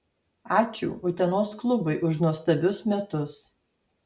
ačiū utenos klubui už nuostabius metus